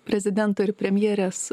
prezidento ir premjerės